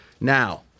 Now